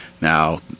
Now